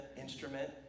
instrument